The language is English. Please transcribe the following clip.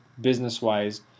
business-wise